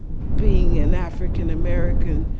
being an african american,